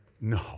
No